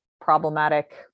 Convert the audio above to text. problematic